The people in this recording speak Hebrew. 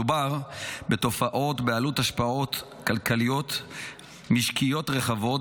מדובר בתופעות בעלות השפעות כלכליות-משקיות רחבות,